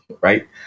Right